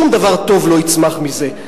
שום דבר טוב לא יצמח מזה.